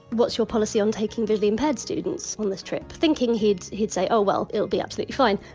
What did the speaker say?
what's your policy on taking visually impaired students on this trip, thinking he'd he'd say oh well, it'll be absolutely fine.